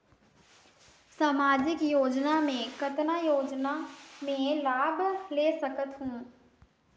समाजिक योजना मे कतना योजना मे लाभ ले सकत हूं?